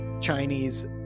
Chinese